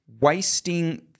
wasting –